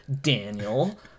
Daniel